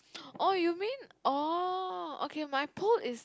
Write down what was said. oh you mean oh okay my pole is